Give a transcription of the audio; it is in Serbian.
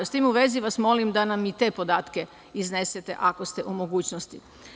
S tim u vezi vas molim da nam i te podatke iznesete, ako ste u mogućnosti.